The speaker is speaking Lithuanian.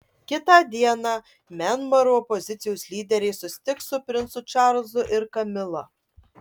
kitą dieną mianmaro opozicijos lyderė susitiks su princu čarlzu ir kamila